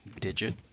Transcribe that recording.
digit